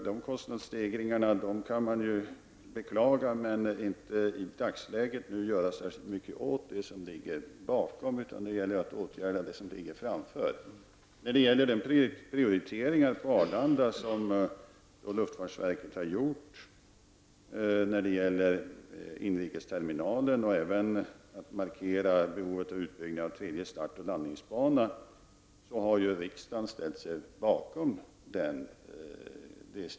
De kostnadsstegringarna kan man beklaga men i dagsläget inte göra särskilt mycket åt; de liggar bakom oss -- det gäller ju att årgärda det som ligger framför oss. De prioriteringar av Arlanda som luftfartsverket har gjort när det gäller inrikesterminalen och även när det gäller att markera behovet av utbyggnad av en tredje start och landningsbana har riksdagen ställt sig bakom.